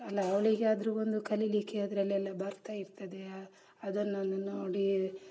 ಅಲ್ಲ ಅವಳಿಗೆ ಆದರೂ ಒಂದು ಕಲಿಯಲಿಕ್ಕೆ ಅದರಲ್ಲೆಲ್ಲ ಬರ್ತಾಯಿರ್ತದೆ ಅದನ್ನು ನೋಡಿ